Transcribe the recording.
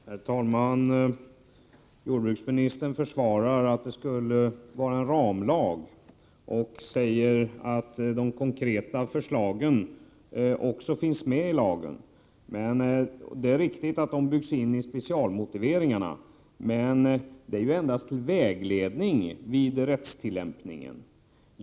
Herr talman! Jordbruksministern försvarar att det skulle vara en ramlag och säger att de konkreta förslagen också finns med i lagen. Det är riktigt att de byggs in i specialmotiveringarna, men de är ju endast till vägledning vid rättstillämpningen.